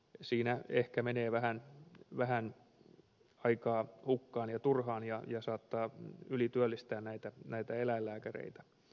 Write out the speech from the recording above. siinä ehkä menee vähän aikaa hukkaan ja turhaan ja se saattaa ylityöllistää näitä eläinlääkäreitä